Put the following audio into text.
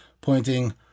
pointing